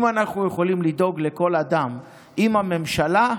אם אנחנו יכולים לדאוג לכל אדם עם הממשלה,